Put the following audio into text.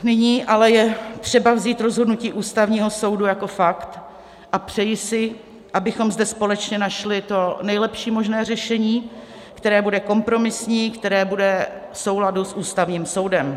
Nyní ale je třeba vzít rozhodnutí Ústavního soudu jako fakt a přeji si, abychom zde společně našli to nejlepší možné řešení, které bude kompromisní, které bude v souladu s Ústavním soudem.